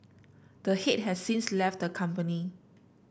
the head has since left the company